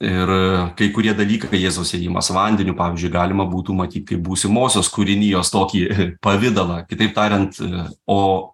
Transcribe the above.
ir kai kurie dalykai jėzaus ėjimas vandeniu pavyzdžiui galima būtų matyt kaip būsimosios kūrinijos tokį pavidalą kitaip tariant o